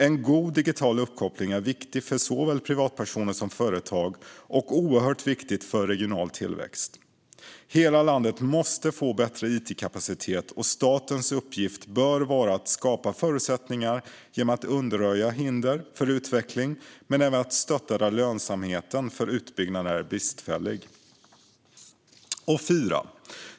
En god digital uppkoppling är viktig för såväl privatpersoner som företag och oerhört viktig för regional tillväxt. Hela landet måste få bättre it-kapacitet. Statens uppgift bör vara att skapa förutsättningar genom att undanröja hinder för utveckling men även att stötta där lönsamheten för utbyggnad är bristfällig.